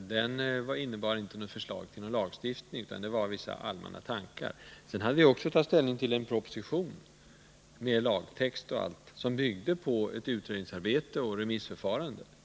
Den innebar inte något förslag till lagstiftning utan bara vissa allmänna tankar. Sedan hade vi också att ta ställning till en proposition med lagtext och allt som byggde på ett utredningsarbete och ett remissförfarande.